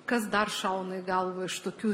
kas dar šauna į galvą iš tokių